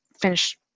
finish